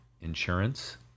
Insurance